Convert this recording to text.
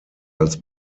als